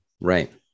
right